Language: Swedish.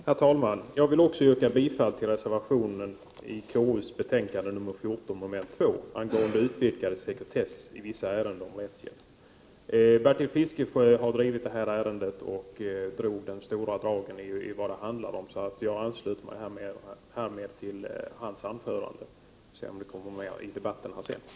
Herr talman! Jag vill också yrka bifall till reservationen i konstitutionsutskottets betänkande nr 14 angående utvidgad sekretess i vissa ärenden om rättshjälp. Bertil Fiskesjö har drivit den här frågan och återgav nyss i stora drag vad det handlar om. Jag ansluter mig härmed till vad han sade i sitt anförande.